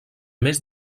més